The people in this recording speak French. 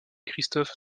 christophe